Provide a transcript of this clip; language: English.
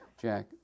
Jack